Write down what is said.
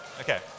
okay